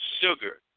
sugar